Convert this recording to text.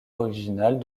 originales